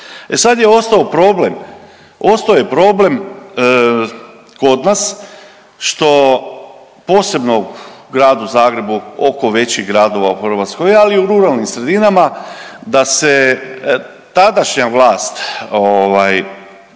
E sad je ostao problem, ostao je problem kod nas što posebno u gradu Zagrebu, oko većih gradova u Hrvatskoj ali i u ruralnim sredinama da se tadašnja vlast tog